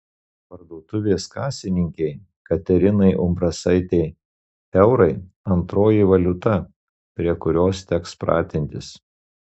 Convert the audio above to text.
parduotuvės kasininkei katerinai umbrasaitei eurai antroji valiuta prie kurios teks pratintis